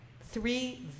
three